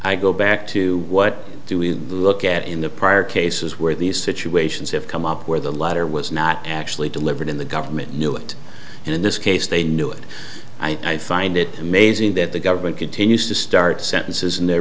i go back to what do we look at in the prior cases where these situations have come up where the letter was not actually delivered in the government knew it and in this case they knew it i find it amazing that the government continues to start sentences in their